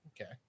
Okay